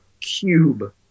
cube